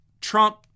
Trump